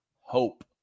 Hope